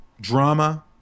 drama